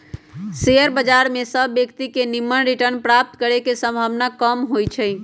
share बजार में सभ व्यक्तिय के निम्मन रिटर्न प्राप्त करे के संभावना कम होइ छइ